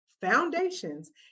foundations